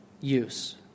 use